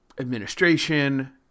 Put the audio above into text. administration